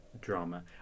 drama